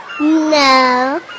No